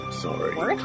sorry